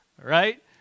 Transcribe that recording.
Right